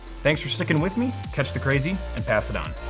thanks for sticking with me, catch the crazy, and pass it on.